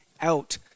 out